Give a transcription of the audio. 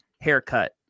haircut